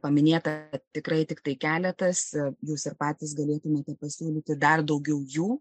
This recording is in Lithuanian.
paminėta tikrai tiktai keletas jūs ir patys galėtumėt pasiūlyti dar daugiau jų